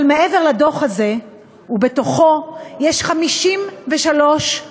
אבל מעבר לדוח הזה, יש בתוכו 53 מסקנות,